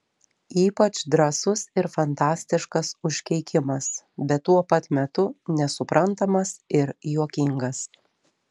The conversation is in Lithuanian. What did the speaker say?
ypač drąsus ir fantastiškas užkeikimas bet tuo pat metu nesuprantamas ir juokingas